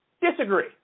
disagree